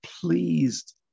pleased